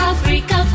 Africa